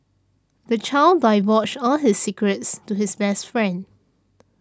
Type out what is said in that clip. the child divulged all his secrets to his best friend